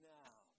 now